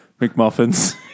McMuffins